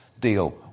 Deal